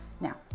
now